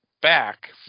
back